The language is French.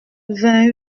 vingt